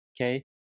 okay